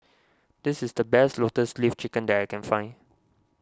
this is the best Lotus Leaf Chicken that I can find